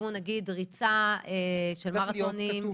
לכיוון ריצה של מרתונים,